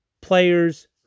players